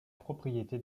propriété